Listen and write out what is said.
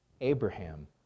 Abraham